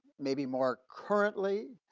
maybe more currently,